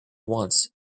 once